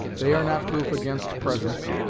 they are not proof against presents,